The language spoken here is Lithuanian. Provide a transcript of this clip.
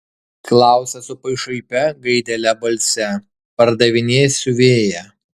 klausia su pašaipia gaidele balse pardavinėsiu vėją